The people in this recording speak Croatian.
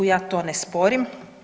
Ja to ne sporim.